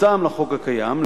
הטעם לחוק הקיים,